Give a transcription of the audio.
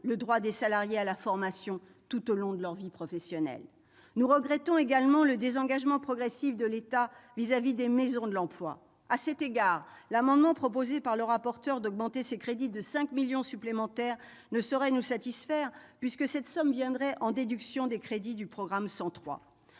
le droit des salariés à la formation tout au long de leur vie professionnelle. Nous regrettons également le désengagement progressif de l'État dans les maisons de l'emploi. À cet égard, l'amendement des rapporteurs tendant à augmenter ces crédits de 5 millions d'euros supplémentaires ne saurait nous satisfaire, puisque cette somme viendrait en déduction des crédits du programme 103.